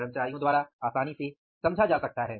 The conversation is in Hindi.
कर्मचारियों द्वारा आसानी से समझा जा सकता है